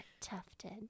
tufted